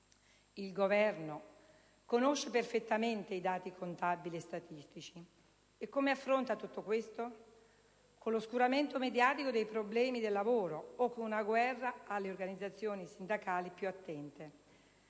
Il Governo conosce perfettamente i dati contabili e statistici. E come affronta la situazione? Con l'oscuramento mediatico dei problemi del lavoro o con una guerra alle organizzazioni sindacali più attente.